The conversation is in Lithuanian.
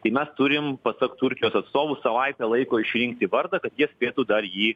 kai mes turime pasak turkijos atstovų savaitę laiko išrinkti vardą kad jie spėtų dar jį